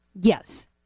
Yes